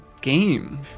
game